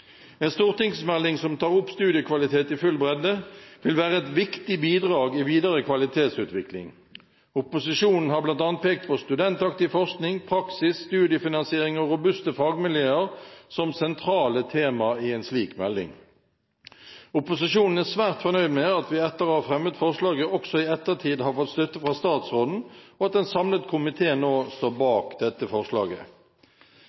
En stortingsmelding som tar opp studiekvalitet i full bredde, vil være et viktig bidrag i videre kvalitetsutvikling. Opposisjonen har bl.a. pekt på studentaktiv forskning, praksis, studiefinansiering og robuste fagmiljøer som sentrale tema i en slik melding. Opposisjonen er svært fornøyd med at vi etter å ha fremmet forslaget har fått støtte fra statsråden, og at en samlet komité nå står